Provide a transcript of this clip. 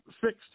fixed